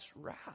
wrath